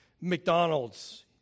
McDonald's